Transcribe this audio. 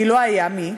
כי לא היה מי,